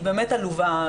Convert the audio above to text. היא באמת עלובה,